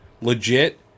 legit